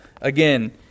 again